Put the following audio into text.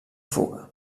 fuga